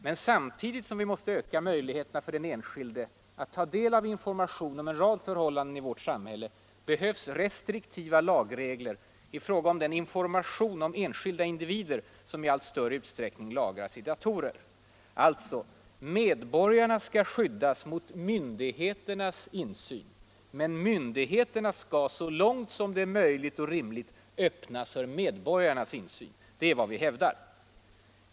Men samtidigt som vi måste öka möjligheterna för den enskilde att ta del av information om en rad förhållanden i vårt samhälle behövs restriktiva lagregler i fråga om den information om enskilda individer som i allt större utsträckning lagras i datorer.” Medborgarna skall alltså skyddas mot myndigheternas insyn, men myndigheterna skall så långt som är möjligt och rimligt öppnas för medborgarnas insyn. Det är vad vi hävdar.